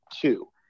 two